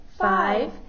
five